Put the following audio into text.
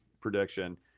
prediction